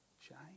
shine